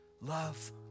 Love